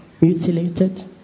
mutilated